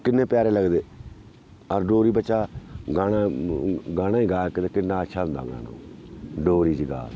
किन्ने प्यारे लगदे अगर डोगरी बच्चा गाना गाना ई गाऽ इक ते किन्ना अच्छा होंदा गाना डोगरी च गाऽ